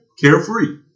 carefree